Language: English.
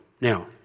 Now